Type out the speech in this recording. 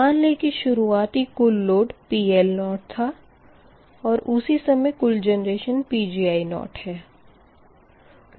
मान लें कि शुरुआती कुल लोड PL0 था और उसी समय कुल जेनरेशन Pgi0 है